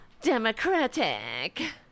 democratic